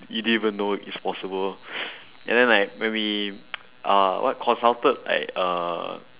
you didn't even know is possible and then like when we uh what consulted like uh